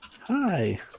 Hi